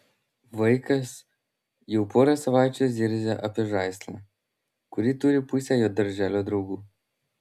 vaikas jau porą savaičių zirzia apie žaislą kurį turi pusė jo darželio draugų